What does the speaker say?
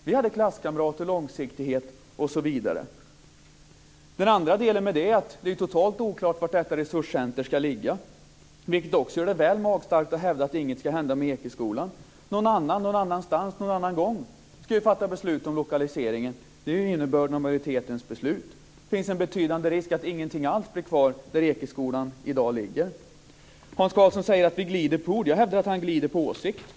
Vi hade klasskamrater, långsiktighet osv. Den andra delen i detta är att det är totalt oklart var detta resurscenter ska finnas, vilket också gör det väl magstarkt att hävda att inget ska hända med Ekeskolan. Någon annan någon annanstans någon annan gång ska fatta beslut om lokaliseringen - det är innebörden av majoritetens beslut. Det finns en betydande risk för att ingenting alls blir kvar där Ekeskolan i dag ligger. Hans Karlsson säger att vi glider på ord. Jag hävdar att han glider på åsikter.